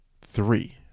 three